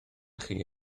chi